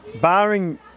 Barring